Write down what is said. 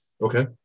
Okay